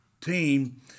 team